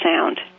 sound